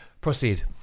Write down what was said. proceed